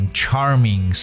charming